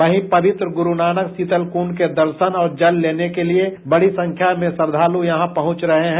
वहीं पवित्र गुरूनानक शीतलकुंड के दर्शन और जल लेने के लिए बड़ी संख्या में श्रद्दालु यहां पहुंच रहे हैं